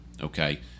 okay